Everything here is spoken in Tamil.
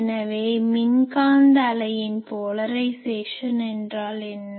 எனவே மின்காந்த அலையின் போலரைஸேசன் என்றால் என்ன